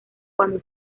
cuando